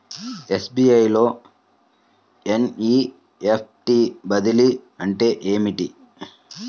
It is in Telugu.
ఎస్.బీ.ఐ లో ఎన్.ఈ.ఎఫ్.టీ బదిలీ అంటే ఏమిటి?